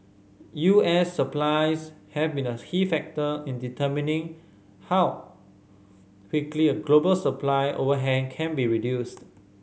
U S supplies have been a key factor in determining how quickly a global supply overhang can be reduced